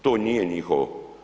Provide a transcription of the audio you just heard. To nije njihovo.